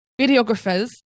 videographers